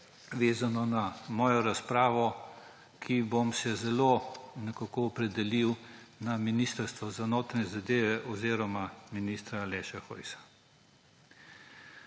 vezanem na mojo razpravo, se bom nekako usmeril na Ministrstvo za notranje zadeve oziroma ministra Aleša Hojsa.